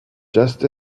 just